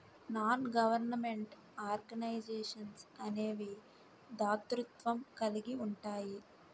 non government organisations అనేవి దాతృత్వం కలిగి ఉంటాయి